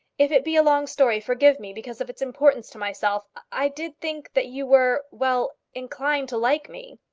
if it be a long story, forgive me because of its importance to myself. i did think that you were well, inclined to like me.